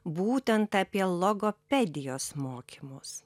būtent apie logopedijos mokymus